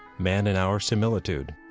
man in our similitude,